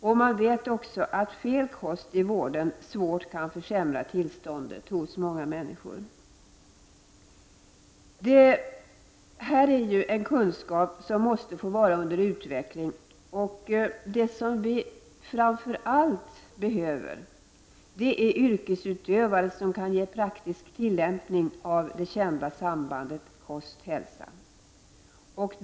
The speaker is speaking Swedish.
Och felaktig kost i vården kan svårt försämra tillståndet hos många människor. Detta är en kunskap som måste få vara under utveckling. Vad vi framför allt behöver är yrkesutövare som kan ge praktisk tillämpning av det kända sambandet kost-hälsa.